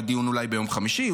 היה דיון אולי ביום חמישי,